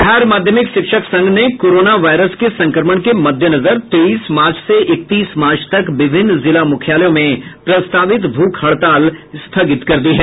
बिहार माध्यमिक शिक्षक संघ ने कोरोना वायरस के संक्रमण के मद्देनजर तेईस मार्च से इकतीस मार्च तक विभिन्न जिला मुख्यालयों में प्रस्तावित भूख हड़ताल स्थगित कर दी है